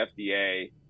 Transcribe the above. FDA